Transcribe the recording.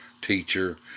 teacher